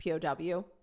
pow